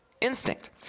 instinct